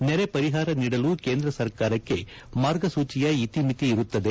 ನೆರೆ ಪರಿಹಾರ ನೀಡಲು ಕೇಂದ್ರ ಸರ್ಕಾರಕ್ಕೆ ಮಾರ್ಗಸೂಚಿಯ ಇತಿಮಿತಿ ಇರುತ್ತದೆ